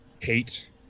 hate